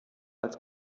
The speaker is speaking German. als